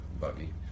buggy